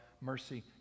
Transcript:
mercy